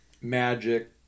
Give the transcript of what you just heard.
Magic